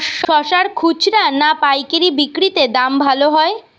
শশার খুচরা না পায়কারী বিক্রি তে দাম ভালো হয়?